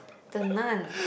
the Nun